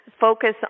Focus